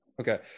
Okay